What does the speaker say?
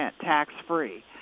tax-free